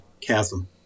chasm